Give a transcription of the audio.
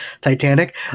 titanic